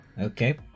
Okay